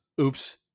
oops